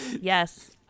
Yes